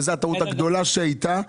וזאת הטעות הגדולה שהייתה,